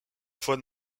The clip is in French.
von